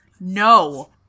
No